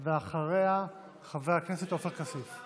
ואחריה, חבר הכנסת עופר כסיף.